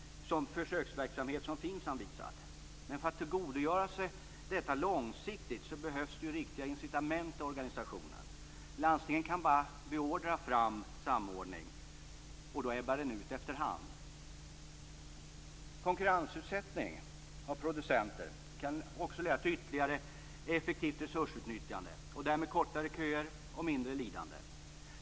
Det har försöksverksamhet som FINSAM visat. Men för att tillgodogöra sig detta långsiktigt behövs det riktiga incitament i organisationen. Landstingen kan bara beordra fram samordning, och då ebbar den ut efter hand. Konkurrensutsättning av producenter kan leda till ytterligare effektivt resursutnyttjande och därmed kortare köer och mindre lidande.